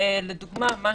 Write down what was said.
לדוגמה, מה